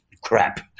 crap